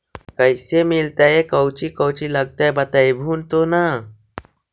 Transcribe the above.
कैसे मिलतय कौची कौची लगतय बतैबहू तो न?